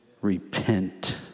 repent